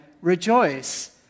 rejoice